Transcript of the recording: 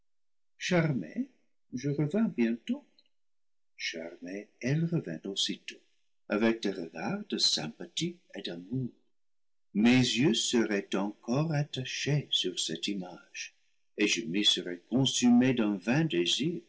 charmée je revins bientôt charmée elle revint aussi tôt avec des regards de sympathie et d'amour mes yeux se raient encore attachés sur cette image et je m'y serais consu mée d'un